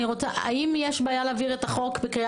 האם יש בעיה ולהעביר את החוק בהכנה